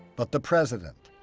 but the president,